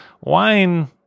Wine